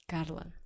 Carla